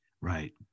Right